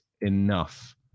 enough